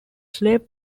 slave